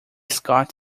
scott